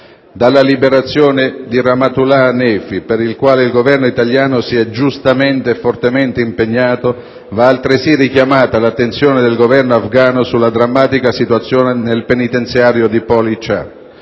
alla liberazione di Rahmatullah Hanefi, per il quale il Governo italiano si è giustamente e fortemente impegnato. Va altresì richiamata l'attenzione del Governo afghano sulla drammatica situazione nel penitenziario di Pol-i-Chark.